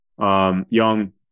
young